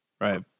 Right